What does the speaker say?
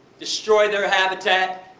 destroy their habitat.